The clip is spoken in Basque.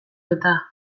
eta